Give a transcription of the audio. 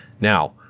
Now